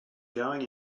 going